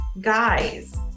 guys